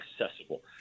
accessible